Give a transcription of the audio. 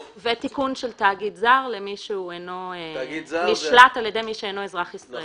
ותיקון של תאגיד זה למי שהוא אינו נשלט על ידי מי שאינו אזרח ישראלי.